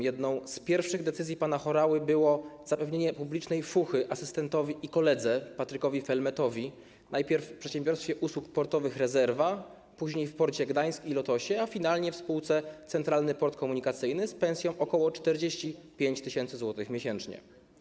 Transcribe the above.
Jedną z pierwszych decyzji pana Horały było zapewnienie publicznej fuchy asystentowi i koledze, Patrykowi Felmetowi, najpierw w Przedsiębiorstwie Usług Portowych Rezerwa, później w porcie Gdańsk i Lotosie, a finalnie w spółce Centralny Port Komunikacyjny, z pensją ok. 45 tys. zł miesięcznie.